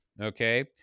Okay